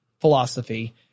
philosophy